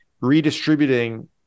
redistributing